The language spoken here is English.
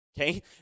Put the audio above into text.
okay